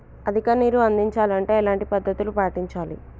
అధిక నీరు అందించాలి అంటే ఎలాంటి పద్ధతులు పాటించాలి?